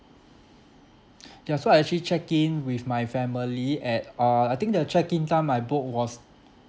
ya so I actually check in with my family at uh I think the check in time I booked was